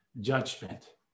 judgment